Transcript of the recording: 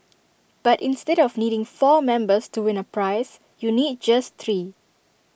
but instead of needing four numbers to win A prize you need just three